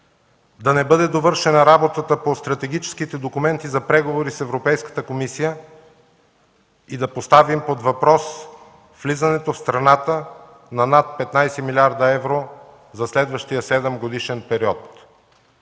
да не бъде довършена работата по стратегическите документи за преговори с Европейската комисия и да поставим под въпрос влизането в страната на над 15 млрд. евро за следващия седемгодишен период.